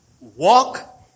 walk